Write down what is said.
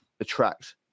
attract